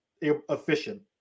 efficient